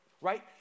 right